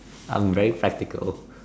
I'm very practical